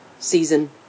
season